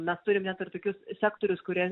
mes turim net ir tokius sektorius kurie